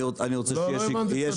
אני רוצה שיהיה